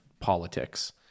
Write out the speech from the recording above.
politics